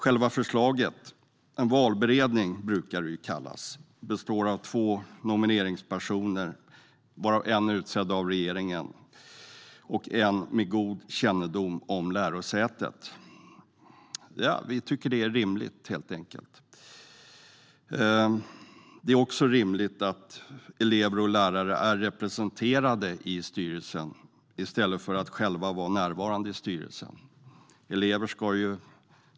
Enligt förslaget ska en valberedning, som det brukar kallas, bestå av två nomineringspersoner, varav den ena är utsedd av regeringen och den andra har god kännedom om lärosätet. Vi tycker helt enkelt att detta är rimligt. Det är också rimligt att studenter och lärare är representerade i styrelsen i stället för att själva vara närvarande i styrelsen.